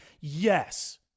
Yes